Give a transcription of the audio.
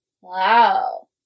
Wow